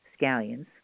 scallions